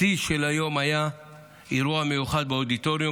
השיא של היום היה אירוע מיוחד באודיטוריום